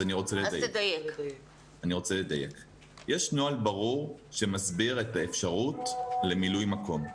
יש נוהל ברור שמסביר את האפשרות למילוי מקום.